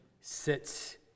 sits